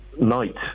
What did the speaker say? night